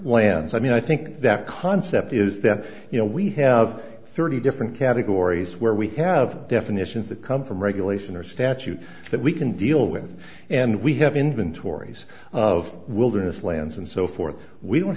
lands i mean i think that concept is that you know we have thirty different categories where we have definitions that come from regulation or statute that we can deal with and we have inventories of wilderness lands and so forth we don't